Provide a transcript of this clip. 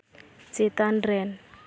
ᱪᱮᱛᱟᱱ ᱨᱮᱱ